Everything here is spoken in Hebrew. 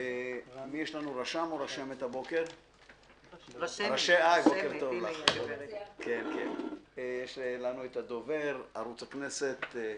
רשמת פרלמנטרית, הדובר, ערוץ הכנסת.